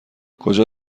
کجا